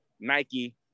Nike